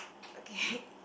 okay